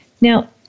Now